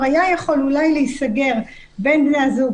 היה יכול אולי להיסגר בין בני הזוג,